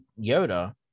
Yoda